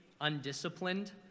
undisciplined